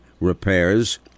repairs